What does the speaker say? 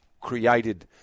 created